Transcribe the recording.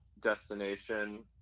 destination